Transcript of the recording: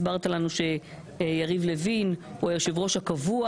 הסברת לנו שיריב לוין הוא היושב-ראש הקבוע